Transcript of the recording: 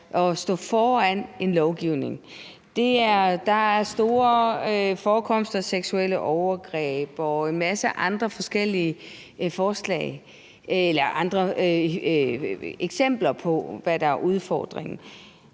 at stå foran en lovgivning. Der er store forekomster af seksuelle overgreb og en masse andre forskellige eksempler på, hvad der er udfordringen.